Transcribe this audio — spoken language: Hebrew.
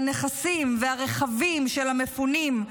מהנכסים ומהרכבים של המפונים,